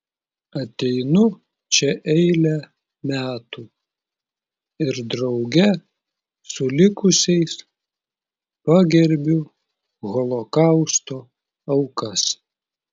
ateinu čia eilę metų ir drauge su likusiais pagerbiu holokausto aukas